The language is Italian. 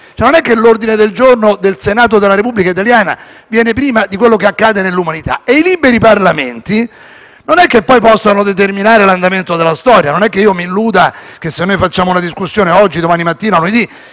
non è che l'ordine del giorno del Senato della Repubblica italiana viene prima di quello che accade nell'umanità. I liberi Parlamenti non possono determinare l'andamento della storia. Non mi illudo che se noi facciamo una discussione oggi, domani mattina o lunedì